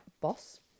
boss